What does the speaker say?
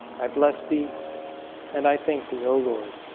i bless thee and i think the o lord